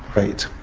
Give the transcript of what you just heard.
right.